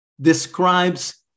describes